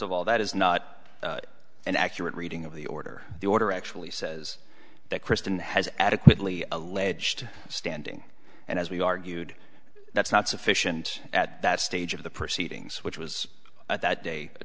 of all that is not an accurate reading of the order the order actually says that kristen has adequately alleged standing and as we argued that's not sufficient at that stage of the proceedings which was at that day a